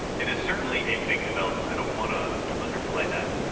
it is certainly a big development i don't want to to underplay that.